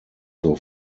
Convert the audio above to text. zur